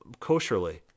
kosherly